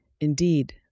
Indeed